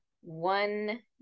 one